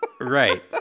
Right